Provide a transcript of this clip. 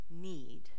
need